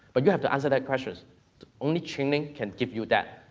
but you have to answer that question, only training can give you that,